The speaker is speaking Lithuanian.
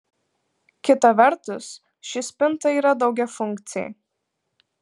kita vertus ši spinta yra daugiafunkcė